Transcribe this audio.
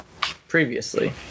previously